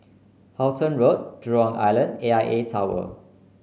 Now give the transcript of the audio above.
Halton Road Jurong Island A I A Tower